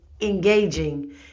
engaging